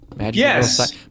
Yes